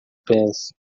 pés